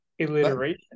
Alliteration